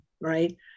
right